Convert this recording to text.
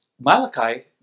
Malachi